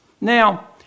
Now